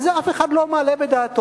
על זה אף אחד לא מעלה בדעתו,